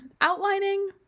outlining